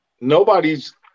nobody's